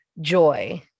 joy